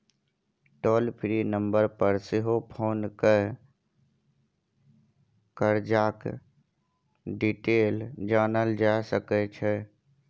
टोल free number पर सेहो phone कए करजाक डिटेल जानल जा सकै छै